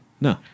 No